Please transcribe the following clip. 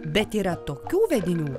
bet yra tokių vedinių